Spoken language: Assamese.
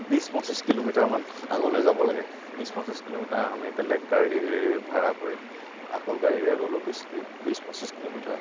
বিছ পঁচিছ কিলোমিটাৰমান আগলৈ যাবলৈ লাগে বিছ পঁচিছ কিলোমিটাৰ আমি বেলেগ গাড়ী ভাড়া কৰি আকৌ গাড়ীৰে গ'লো বিছ পঁচিছ কিলোমিটাৰ